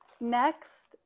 Next